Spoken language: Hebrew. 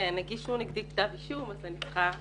הגישו נגדי כתב אישום אז אני צריכה לענות.